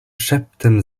szeptem